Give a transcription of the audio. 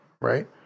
right